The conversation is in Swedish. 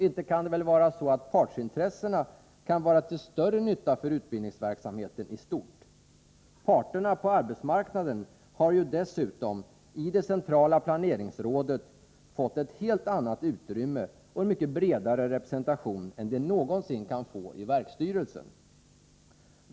Inte kan det väl vara så att partsintressena är till större nytta för utbildningsverksamheten i stort? Parterna på arbetsmarknaden har ju dessutom i det centrala planeringsrådet fått ett helt annat utrymme och en mycket bredare : representation än de någonsin kan få i verksstyrelsen.